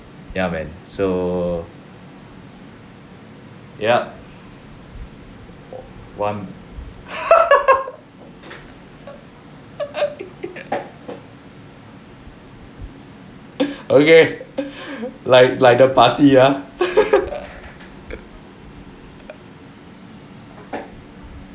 ya man so yep one okay like like the party ya